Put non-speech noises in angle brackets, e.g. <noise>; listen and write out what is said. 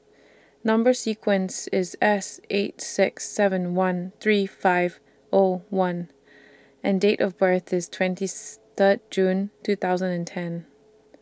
Number sequence IS S eight six seven one three five O one and Date of birth IS twenty <noise> Third June two thousand and ten